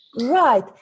right